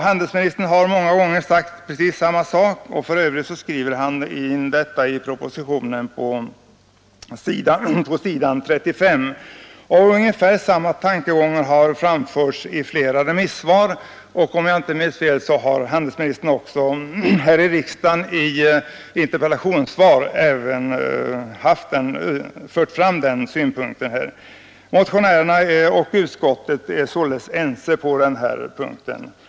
Handelsministern har många gånger sagt precis samma sak. För övrigt skriver han in detta i propositionen på s. 35. Liknande tankegångar har anförts i flera remisssvar, och om jag inte minns fel har handelsministern även här i riksdagen i interpellationssvar gjort detta. Motionärerna och utskottet är således ense på denna punkt.